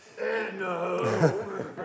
No